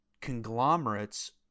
conglomerates